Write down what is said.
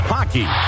Hockey